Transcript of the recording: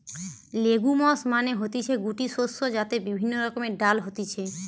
legumes মানে হতিছে গুটি শস্য যাতে বিভিন্ন রকমের ডাল হতিছে